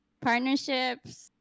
partnerships